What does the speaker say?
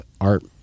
art